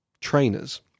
trainers